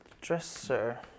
dresser